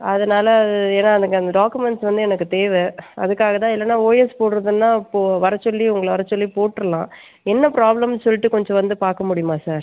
அதனால் ஏன்னால் எனக்கு அந்த டாக்குமெண்ட்ஸ் வந்து எனக்கு தேவை அதுக்காக தான் இல்லைனா ஓஎஸ் போடுகிறதுன்னா இப்போது வரச்சொல்லி உங்களை வரச்சொல்லி போட்டுருலாம் என்ன ப்ராப்ளம் சொல்லிட்டு கொஞ்சம் வந்து பார்க்க முடியுமா சார்